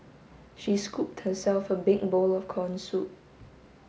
she scooped herself a big bowl of corn soup